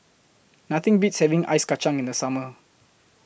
Nothing Beats having Ice Kachang in The Summer